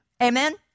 Amen